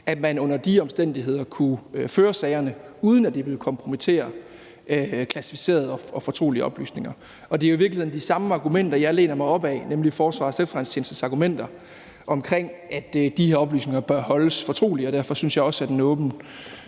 at man under de omstændigheder kunne føre sagerne, uden at det ville kompromittere klassificerede og fortrolige oplysninger. Det er i virkeligheden de samme argumenter, jeg læner mig op ad, nemlig Forsvarets Efterretningstjenestes argumenter om, at de her oplysninger bør holdes fortrolige, og derfor synes jeg også, at en åben